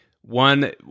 One